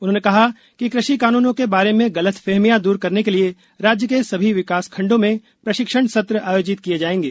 उन्होंने कहा कि कृषि कानूनों के बारे में गलतफहमियां दूर करने के लिए राज्य के सभी विकास खण्डों में प्रशिक्षण सत्र आयोजित किए जाएंगे